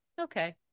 okay